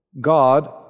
God